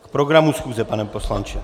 K programu schůze, pane poslanče.